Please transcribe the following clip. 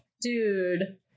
dude